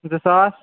زٕ ساس